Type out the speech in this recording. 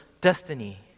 destiny